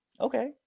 Okay